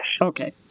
Okay